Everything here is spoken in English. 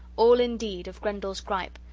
all, indeed, of grendel's gripe,